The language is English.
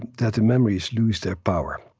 that the memories lose their power